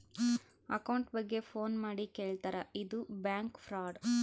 account ಬಗ್ಗೆ phone ಮಾಡಿ ಕೇಳ್ತಾರಾ ಇದು ಬ್ಯಾಂಕ್ ಫ್ರಾಡ್